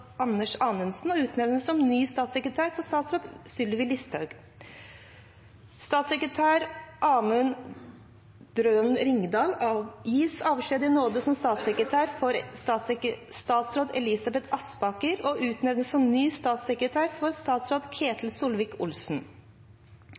Anders Anundsen og utnevnes på ny som statssekretær for statsråd Sylvi Listhaug. 13. Statssekretær Amund Drønen Ringdal gis avskjed i nåde som statssekretær for statsråd Elisabeth Aspaker og utnevnes på ny som statssekretær for statsråd Ketil